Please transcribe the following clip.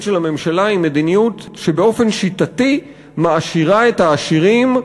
של הממשלה היא מדיניות שבאופן שיטתי מעשירה את העשירים,